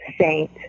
saint